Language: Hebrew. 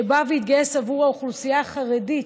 שבא והתגייס עבור האוכלוסייה החרדית,